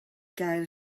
gael